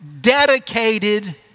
dedicated